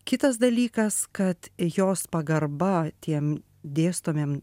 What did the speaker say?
kitas dalykas kad jos pagarba tiem dėstomiem